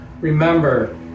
remember